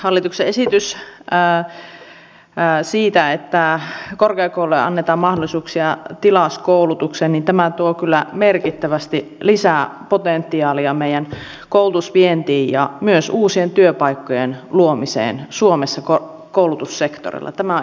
hallituksen esitys siitä että korkeakouluille annetaan mahdollisuuksia tilauskoulutukseen tuo kyllä merkittävästi lisää potentiaalia meidän koulutusvientiimme ja myös uusien työpaikkojen luomiseen suomessa koulutussektorilla